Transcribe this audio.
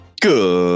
Good